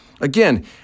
Again